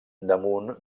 damunt